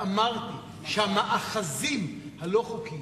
אמרתי שהמאחזים הלא-חוקיים,